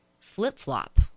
flip-flop